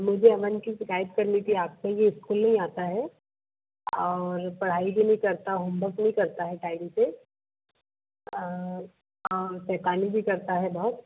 मुझे अमन की शिकायत करनी थी आपसे ये इस्कूल नहीं आता है और पढ़ाई भी नहीं करता होमवर्क नहीं करता है टाइम से और शैतानी भी करता है बहुत